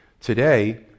Today